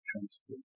transport